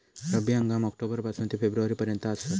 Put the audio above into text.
रब्बी हंगाम ऑक्टोबर पासून ते फेब्रुवारी पर्यंत आसात